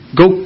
go